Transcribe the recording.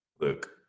look